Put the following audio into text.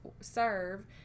serve